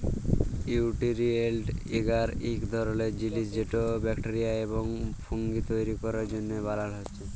লিউটিরিয়েল্ট এগার ইক ধরলের জিলিস যেট ব্যাকটেরিয়া এবং ফুঙ্গি তৈরি ক্যরার জ্যনহে বালাল হ্যয়